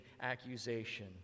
accusation